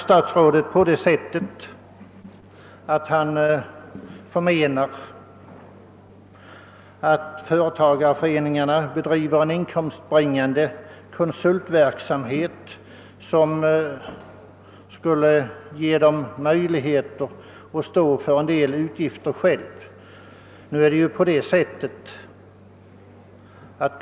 Statsrådet har räknat på det sättet att företagareföreningarna också bedriver en inkomstbringande konsultverksamhet, som ger dem möjligheter att själva svara för en del utgifter.